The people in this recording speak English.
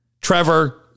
Trevor